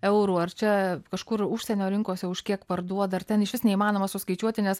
eurų ar čia kažkur užsienio rinkose už kiek parduoda ar ten išvis neįmanoma suskaičiuoti nes